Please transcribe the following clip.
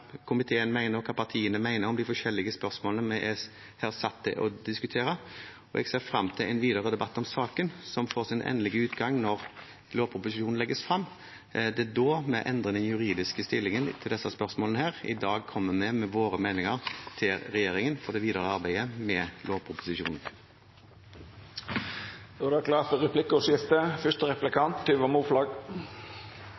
komiteen mener, og hva partiene mener om de forskjellige spørsmålene vi er satt til å diskutere. Jeg ser frem til en videre debatt om saken, som får sin endelige utgang når lovproposisjonen legges frem. Det er da vi endrer den juridiske stillingen til disse spørsmålene. I dag kommer vi med våre meninger til regjeringen for det videre arbeidet med lovproposisjonen. Det blir replikkordskifte. Til tross for